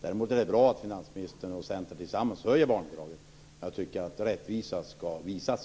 Däremot är det bra att finansministern och Centern tillsammans höjer barnbidraget. Jag tycker att rättvisa skall visas.